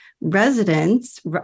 residents